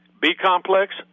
B-complex